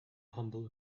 humble